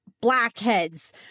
blackheads